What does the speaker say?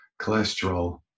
cholesterol